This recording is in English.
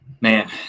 man